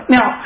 Now